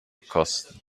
kosten